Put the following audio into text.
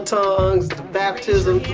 tongues, the baptism,